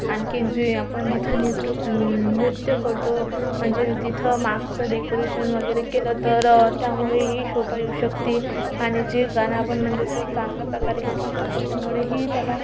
आणखीन जे आपण जिथं नेतृ न नृत्य करतो मंजे जिथं मागचं डेकोरेशन वगैरे केलं तर त्यामुळेही शोभा येऊ शकती आणि जे गाणं आपण मंजे असं चांगलंप्रकारे घेतलं तर त्याच्यामुळेही त्याला